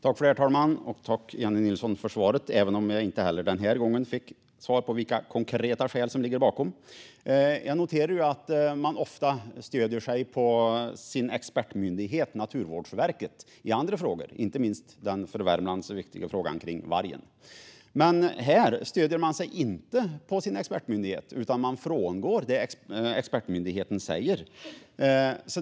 Herr talman! Jag tackar Jennie Nilsson för svaret, även om jag inte heller denna gång fick svar på vilka konkreta skäl som ligger bakom. Jag har noterat att man ofta stöder sig på sin expertmyndighet, Naturvårdsverket, i andra frågor, inte minst den för Värmland så viktiga frågan om vargen. Men här stöder man sig inte på sin expertmyndighet, utan man frångår det som expertmyndigheten säger.